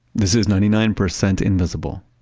this is ninety nine percent invisible.